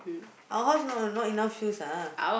our house not not enough shoes ah